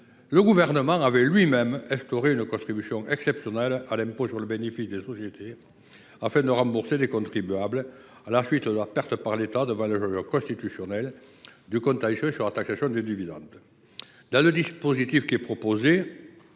le Gouvernement avait lui même instauré une contribution exceptionnelle à l’impôt sur les sociétés, afin de rembourser des contribuables à la suite de la perte par l’État devant le juge constitutionnel du contentieux sur la taxation des dividendes. Dans le dispositif proposé,